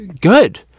good